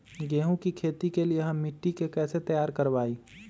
गेंहू की खेती के लिए हम मिट्टी के कैसे तैयार करवाई?